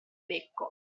becco